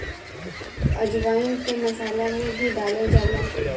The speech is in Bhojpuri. अजवाईन के मसाला में भी डालल जाला